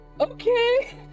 Okay